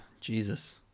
Jesus